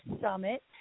Summit